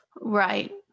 Right